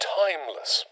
timeless